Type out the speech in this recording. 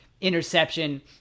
interception